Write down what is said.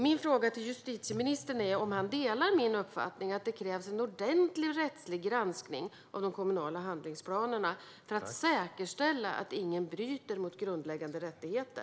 Min fråga till justitieministern är om han delar min uppfattning att det krävs en ordentlig rättslig granskning av de kommunala handlingsplanerna för att säkerställa att ingen bryter mot grundläggande rättigheter.